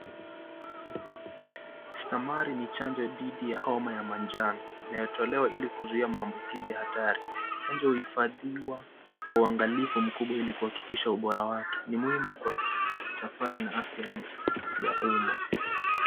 Stamari ni chanjo dhidi ya homa ya manjano inayotolewa ili kuzuia maambukizi hatari. Chanjo hii huhifadhiwa kwa uangalifu mkubwa ili kuhakikisha ubora wake. Ni muhimu kwa safari na afya ya umma.